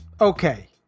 Okay